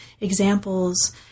examples